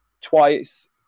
twice